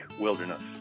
wilderness